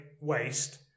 waste